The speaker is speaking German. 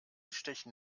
stechen